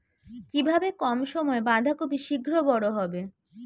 কিভাবে কম সময়ে বাঁধাকপি শিঘ্র বড় হবে?